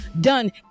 done